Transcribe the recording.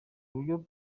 uburyo